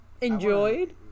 enjoyed